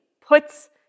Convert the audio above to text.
puts